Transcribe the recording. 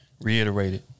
reiterated